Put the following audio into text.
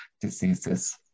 diseases